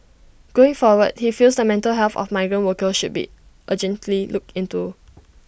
going forward he feels the mental health of migrant workers should be urgently looked into